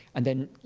and then,